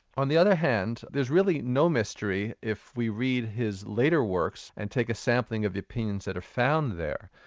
on the other hand, there's really no mystery mystery if we read his later works and take a sampling of the opinions that are found there.